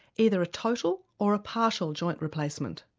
either a total or a partial joint replacement.